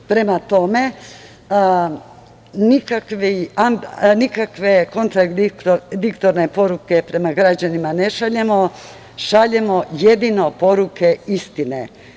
Prema tome, nikakve kontradiktorne poruke prema građanima ne šaljemo, šaljemo jedino poruke istine.